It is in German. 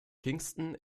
kingston